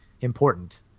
important